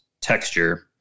texture